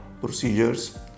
procedures